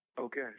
Okay